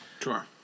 Sure